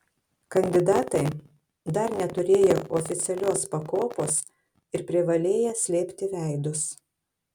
kandidatai dar neturėję oficialios pakopos ir privalėję slėpti veidus